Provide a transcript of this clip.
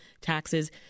taxes